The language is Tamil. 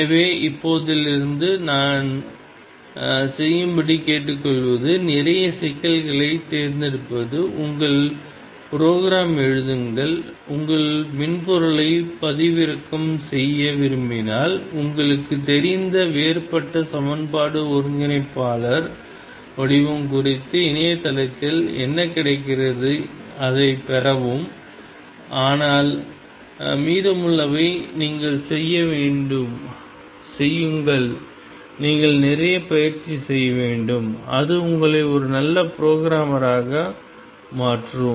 எனவே இப்போதிருந்து நான் செய்யும்படி கேட்டுக்கொள்வது நிறைய சிக்கல்களைத் தேர்ந்தெடுப்பது உங்கள் ப்ரோக்ராம் எழுதுங்கள் உங்கள் மென்பொருளை பதிவிறக்கம் செய்ய விரும்பினால் உங்களுக்குத் தெரிந்த வேறுபட்ட சமன்பாடு ஒருங்கிணைப்பாளர் வடிவம் குறித்து இணையத்தில் என்ன கிடைக்கிறது அதை பெறவும் ஆனால் மீதமுள்ளவை நீங்கள் செய்ய வேண்டும் செய்யுங்கள் நீங்கள் நிறைய பயிற்சி செய்ய வேண்டும் அது உங்களை ஒரு நல்ல புரோகிராமராக மாற்றும்